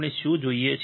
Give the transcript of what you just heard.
આપણને શું જોઈએ છે